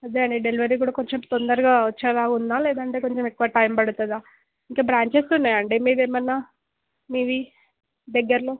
అదే అండి డెలివరీ కొంచెం కూడా తొందరగా వచ్చేలాగా ఉందా లేదంటే కొంచెం ఎక్కువ టైం పడుతుందా ఇంకా బ్రాంచెస్ ఉన్నాయా అండి మీది ఏమన్నా మీవి దగ్గరలో